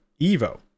Evo